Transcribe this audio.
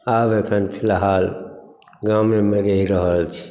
आब एखन फिलहाल गामेमे रहि रहल छी